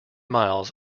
miles